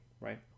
right